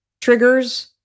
triggers